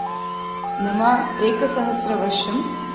नव एकसहस्रवर्षम्